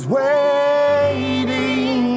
waiting